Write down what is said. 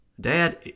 Dad